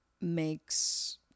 makes